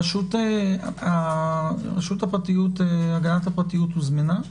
רשות הגנת פרטיות הוזמנה?